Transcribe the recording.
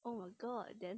oh my god then